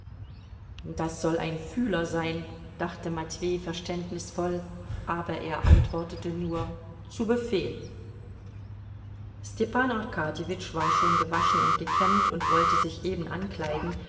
das soll ein fühler sein dachte matwei verständnisvoll aber er antwortete nur zu befehl stepan arkadjewitsch war schon gewaschen und gekämmt und wollte sich eben ankleiden